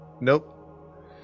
Nope